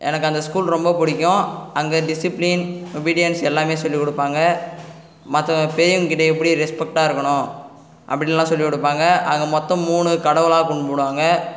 எனக்கு அந்த ஸ்கூல் ரொம்ப பிடிக்கும் அங்கே டிசிப்ளின் ஒபிடியென்ஸ் எல்லாமே சொல்லி கொடுப்பாங்க மற்ற பெரியவங்க கிட்ட எப்படி ரெஸ்பெக்ட்டாக இருக்கணும் அப்படில்லாம் சொல்லி கொடுப்பாங்க அங்கே மொத்தம் மூணு கடவுளாக கும்பிடுவாங்க